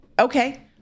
Okay